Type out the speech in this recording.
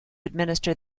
administer